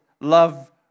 love